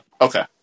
okay